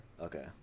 Okay